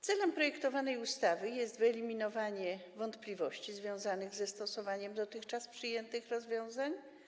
Celem projektowanej ustawy jest wyeliminowanie wątpliwości związanych ze stosowaniem dotychczas przyjętych rozwiązań.